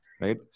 right